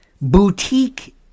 boutique